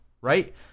right